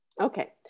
Okay